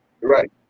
right